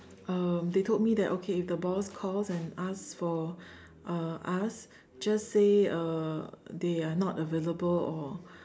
um they told me that okay if the boss calls and ask for uh us just say uh they are not available or